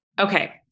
Okay